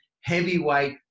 heavyweight